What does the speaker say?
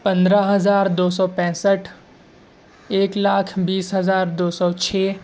پندرہ ہزار دو سو پینسٹھ ایک لاکھ بیس ہزار دو سو چھ